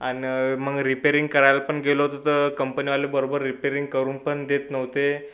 आणि मग रिपेरिंग करायला पण गेलो होतो तर कंपनीवाले बरोबर रिपेरिंग करून पण देत नव्हते